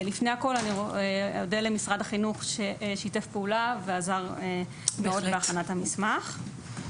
לפני הכול אני אודה למשרד החינוך ששיתף פעולה ועזר מאוד בהכנת המסמך.